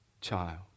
child